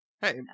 hey